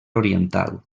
oriental